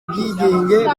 bwigenge